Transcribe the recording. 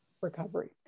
recovery